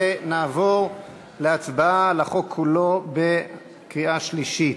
ונעבור להצבעה על החוק כולו בקריאה שלישית.